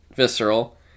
Visceral